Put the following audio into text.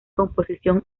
composición